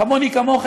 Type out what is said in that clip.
כמוני כמוך,